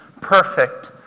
perfect